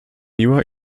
miła